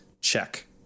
check